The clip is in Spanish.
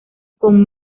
con